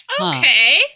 Okay